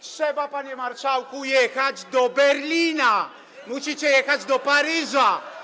Trzeba, panie marszałku, jechać do Berlina, musicie jechać do Paryża.